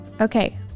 Okay